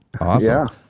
awesome